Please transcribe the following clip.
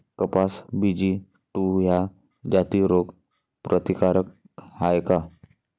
कपास BG two ह्या जाती रोग प्रतिकारक हाये का?